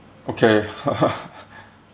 okay